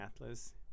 atlas